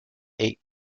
eight